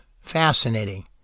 fascinating